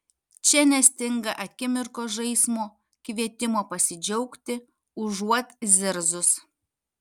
čia nestinga akimirkos žaismo kvietimo pasidžiaugti užuot zirzus